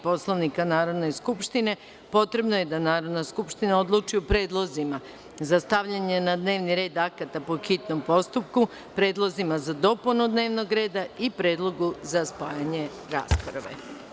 Poslovnika Narodne skupštine, potrebno je da Narodna skupština odluči o predlozima za stavljanje na dnevni red akata po hitnom postupku, predlozima za dopunu dnevnog reda i predlogu za spajanje rasprave.